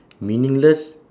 meaningless